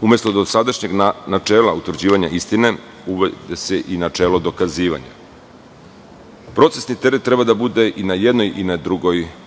Umesto dosadašnjeg načela utvrđivanja istine, uvodi se i načelo dokazivanja. Procesni teret treba da bude na jednoj i na drugoj strani